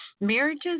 Marriages